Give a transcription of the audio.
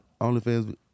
OnlyFans